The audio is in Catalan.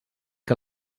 que